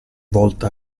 volta